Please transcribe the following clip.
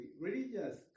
religious